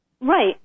Right